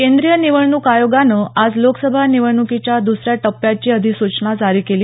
केंद्रीय निवडणूक आयोगानं आज लोकसभा निवडणूकीच्या दसऱ्या टप्प्याची अधिसूचना जारी केली